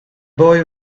boy